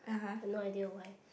no idea why